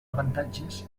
avantatges